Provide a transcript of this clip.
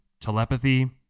Telepathy